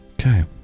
Okay